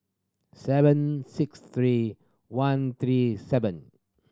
seven six three one three seven